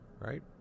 right